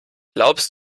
glaubst